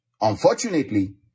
unfortunately